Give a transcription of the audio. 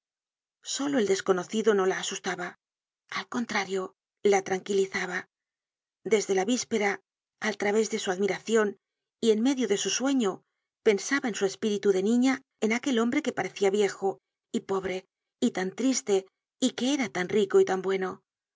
solo el desconocido no la asustaba al contrario la tranquilizaba desde la víspera al través de su admiracion y en medio de su sueño pensaba en su espíritu de niña en aquel hombre que parecia viejo y pobre y tan triste y que era tan rico y tan bueno